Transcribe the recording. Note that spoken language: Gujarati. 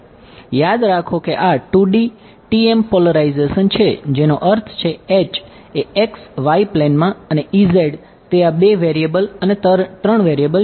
યાદ રાખો કે આ 2D T M પોલેરાઇઝેશન છે જેનો અર્થ છે એ x y પ્લેનમાં અને તે આ 2 વેરિએબલ અને 3 વેરિએબલ છે